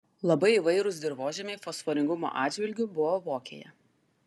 labai įvairūs dirvožemiai fosforingumo atžvilgiu buvo vokėje